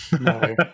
no